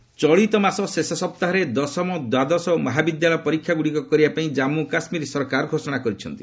କେକେ exam ଚଳିତମାସ ଶେଷ ସପ୍ତାହରେ ଦଶମ ଦ୍ୱାଦଶ ଓ ମହାବିଦ୍ୟାଳୟ ପରୀକ୍ଷାଗୁଡିକ କରିବା ପାଇଁ ଜାଞ୍ଗୁ କାଶ୍ମୀର ସରକାର ଘୋଷଣା କରିଛନ୍ତି